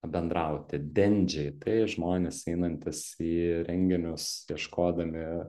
pabendrauti dendžiai tai žmonės einantys į renginius ieškodami